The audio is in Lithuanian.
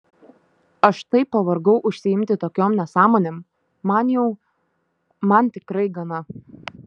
aš taip pavargau užsiimti tokiom nesąmonėm man jau man tikrai gana